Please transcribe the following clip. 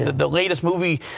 the latest movie,